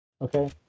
Okay